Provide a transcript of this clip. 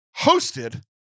hosted